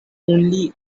only